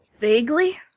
Vaguely